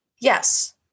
Yes